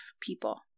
people